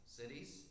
cities